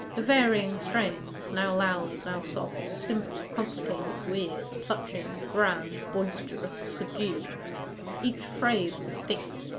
the varying strains now loud, now soft simple, complicated, weird, touching, grand, boisterous, subdued each phase distinct,